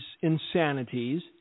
insanities